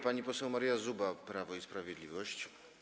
Pani poseł Maria Zuba, Prawo i Sprawiedliwość.